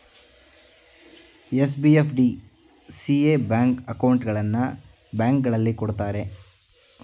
SB, FD, CA bank ಅಕೌಂಟ್ಗಳನ್ನು ಬ್ಯಾಂಕ್ಗಳಲ್ಲಿ ಕೊಡುತ್ತಾರೆ